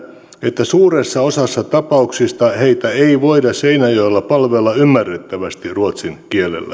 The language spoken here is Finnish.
että suuressa osassa tapauksista heitä ei voida seinäjoella palvella ymmärrettävästi ruotsin kielellä